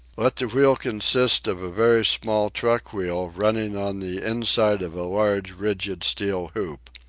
let the wheel consist of a very small truck-wheel running on the inside of a large, rigid steel hoop.